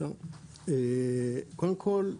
קודם כל,